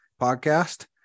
podcast